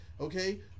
Okay